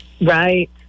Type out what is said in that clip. Right